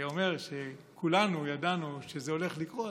אומר שכולנו ידענו שזה הולך לקרות,